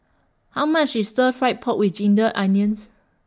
How much IS Stir Fried Pork with Ginger Onions